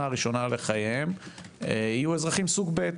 הראשונה לחייהם יהיו אזרחים סוג ב'.